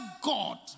God